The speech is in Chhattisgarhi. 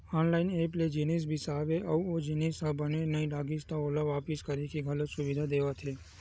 ऑनलाइन ऐप ले जिनिस बिसाबे अउ ओ जिनिस ह बने नइ लागिस त ओला वापिस करे के घलो सुबिधा देवत हे